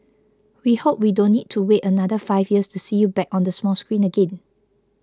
we hope we don't need to wait another five years to see you back on the small screen again